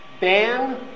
ban